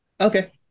Okay